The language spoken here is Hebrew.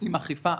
עם אכיפה.